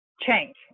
change